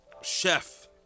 Chef